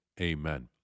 Amen